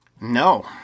No